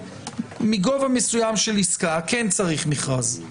שמגובה מסוים של עסקה כן צריך מכרז,